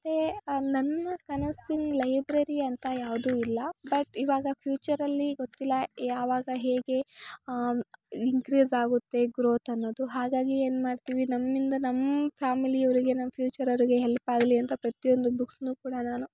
ಮತ್ತು ನನ್ನ ಕನಸಿನ ಲೈಬ್ರರಿಯಂಥ ಯಾವುದು ಇಲ್ಲ ಬಟ್ ಇವಾಗ ಫ್ಯೂಚರಲ್ಲಿ ಗೊತ್ತಿಲ್ಲ ಯಾವಾಗ ಹೇಗೆ ಇನ್ಕ್ರಿಸ್ ಆಗುತ್ತೆ ಗ್ರೋತ್ ಅನ್ನೋದು ಹಾಗಾಗಿ ಏನು ಮಾಡ್ತೀವಿ ನಮ್ಮಿಂದ ನಮ್ಮ ಫ್ಯಾಮಿಲಿಯವರಿಗೆ ನಮ್ಮ ಫ್ಯೂಚರ್ ಅವರಿಗೆ ಹೆಲ್ಪ್ ಆಗಲಿ ಅಂತ ಪ್ರತಿಯೊಂದು ಬುಕ್ಸ್ನು ಕೂಡ ನಾನು